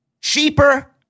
cheaper